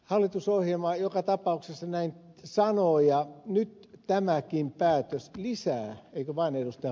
hallitusohjelma joka tapauksessa näin sanoo ja nyt tämäkin päätös lisää eikö vain ed